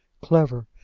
clever,